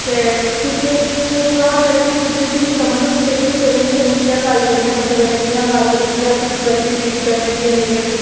ते टीचर्स थोह्ड़ा होना चाहिदा कऽ टीचरें गी थोह्ड़ी समझ होनी चाहिदी की पेरेंट्स कन्नै कि'यां गल्ल करनी ऐ बच्चें कन्नै कि'यां गल्ल करनी कि'यां किस बच्चे गी ट्रीट करना कि'यां नेईं करना